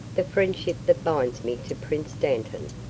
the friendship that binds me to prince dantan,